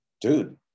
dude